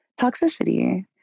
toxicity